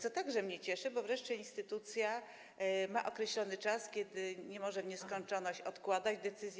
To także mnie cieszy, bo wreszcie instytucja ma określony czas, nie może w nieskończoność odkładać decyzji.